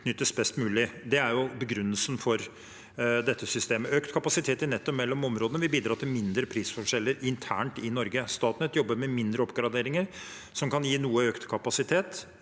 utnyttes best mulig. Det er begrunnelsen for dette systemet. Økt kapasitet i nettet mellom områdene vil bidra til mindre prisforskjeller internt i Norge. Statnett jobber med mindre oppgraderinger som kan gi noe økt kapasitet.